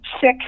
sick